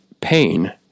pain